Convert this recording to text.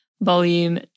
volume